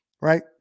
Right